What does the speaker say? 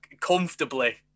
comfortably